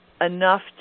enough